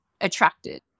attracted